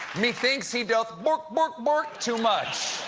methinks he doth bork, bork, bork too much.